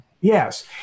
yes